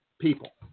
people